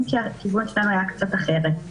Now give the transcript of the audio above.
אם כי הכיוון שלנו היה קצת אחרת.